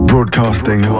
Broadcasting